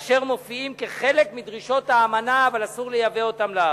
אשר מופיעים כחלק מדרישות האמנה אבל אסור לייבא אותם לארץ.